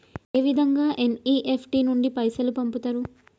ఏ విధంగా ఎన్.ఇ.ఎఫ్.టి నుండి పైసలు పంపుతరు?